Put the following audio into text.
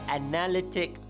analytic